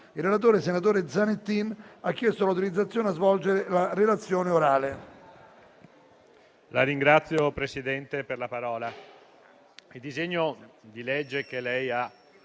Il relatore, senatore Zanettin, ha chiesto l'autorizzazione a svolgere la relazione orale.